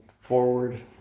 forward